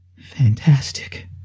fantastic